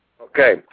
Okay